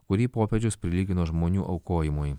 kurį popiežius prilygino žmonių aukojimui